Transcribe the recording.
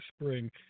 spring